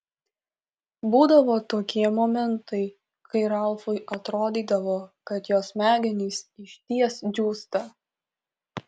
būdavo tokie momentai kai ralfui atrodydavo kad jo smegenys išties džiūsta